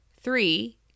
Three